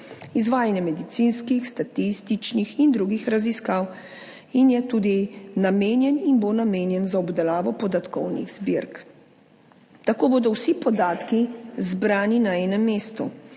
izvajanje medicinskih, statističnih in drugih raziskav in je tudi namenjen in bo namenjen za obdelavo podatkovnih zbirk. Tako bodo vsi podatki zbrani na enem mestu.